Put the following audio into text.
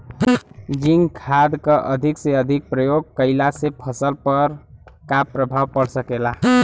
Zinc खाद क अधिक से अधिक प्रयोग कइला से फसल पर का प्रभाव पड़ सकेला?